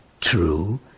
true